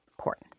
court